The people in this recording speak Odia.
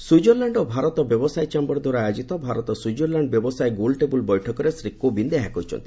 ସ୍ୱିଜରଲ୍ୟାଣ୍ଡ ଓ ଭାରତ ବ୍ୟବସାୟ ଚାମ୍ଘର୍ ଦ୍ୱାରା ଆୟୋଜିତ ଭାରତ ସ୍ୱିଜରଲ୍ୟାଣ୍ଡ ବ୍ୟବସାୟ ଗୋଲ୍ଟେବୁଲ୍ ବୈଠକରେ ଶ୍ରୀ କୋବିନ୍ଦ ଏହା କହିଛନ୍ତି